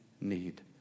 need